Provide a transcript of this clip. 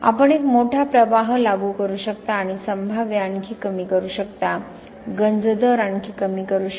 आपण एक मोठा प्रवाह लागू करू शकता आणि संभाव्य आणखी कमी करू शकता गंज दर आणखी कमी करू शकता